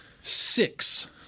six